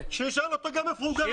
תשאל אותו איפה הוא גר.